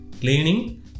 Cleaning